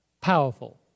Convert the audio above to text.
powerful